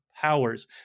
powers